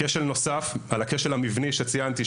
כשל נוסף שקיים על הכשל המבני אותו ציינתי,